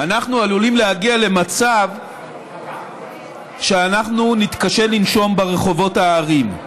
אנחנו עלולים להגיע למצב שאנחנו נתקשה לנשום ברחובות הערים.